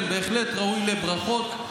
כן, בהחלט ראוי לברכות.